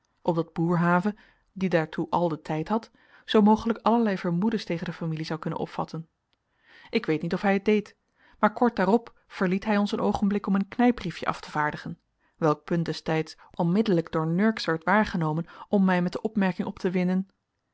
opdat boerhave die daartoe al den tijd had zoo mogelijk allerlei vermoedens tegen de familie zou kunnen opvatten ik weet niet of hij het deed maar kort daarop verliet hij ons een oogenblik om een knijpbriefjen af te vaardigen welk punt des tijds onmiddellijk door nurks werd waargenomen om mij met de aanmerking op te winden